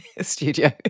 Studio